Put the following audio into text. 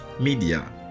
media